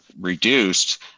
reduced